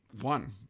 one